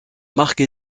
marque